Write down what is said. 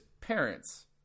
parents